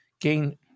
gain